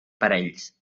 parells